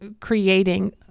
creating